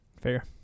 fair